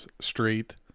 street